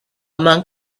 monk